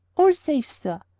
all safe, sir.